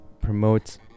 promotes